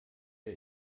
der